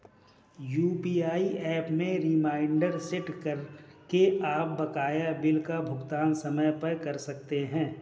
UPI app में reminder set करके आप बकाया बिल का भुगतान समय पर कर सकते हैं